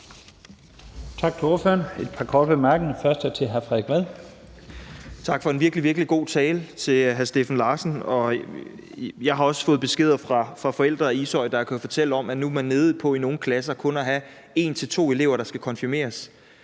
for en virkelig, virkelig god tale. Jeg har også fået beskeder fra forældre i Ishøj, der kan fortælle om, at nu er man i nogle klasser nede på kun at have 1-2 elever, der skal konfirmeres.